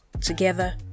Together